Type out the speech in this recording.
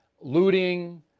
looting